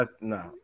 No